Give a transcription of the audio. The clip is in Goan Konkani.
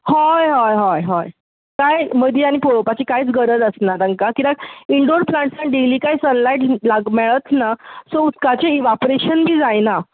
होय होय होय होय कांय मदीं आनी कांयच पळोवपाची गरज आसना ताका कित्याक इनडोर प्लाण्ट्साक डेली कांय सनलायट मेळचना सो उदकाचें इवोपरेशन बी जायना